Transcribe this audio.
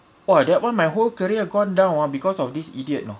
!wah! that [one] my whole career gone down ah because of this idiot you know